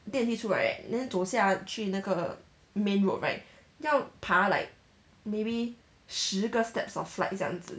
电梯出来 then 走下去那个 main road right 要爬 like maybe 十个 steps of flight 这样子